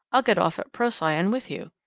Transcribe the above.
i'll get off at procyon with you.